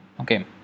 Okay